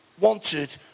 wanted